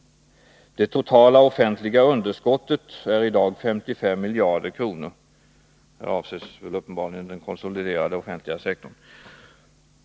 Det totala offentliga underskottet är idag 55 miljarder kronor.” — Här avses uppenbarligen den konsoliderade offentliga sektorn.